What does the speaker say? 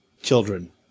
children